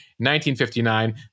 1959